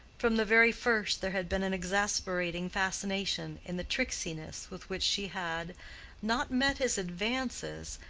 from the very first there had been an exasperating fascination in the tricksiness with which she had not met his advances,